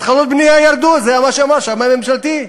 התחלות הבנייה ירדו, זה מה שאמר השמאי הממשלתי.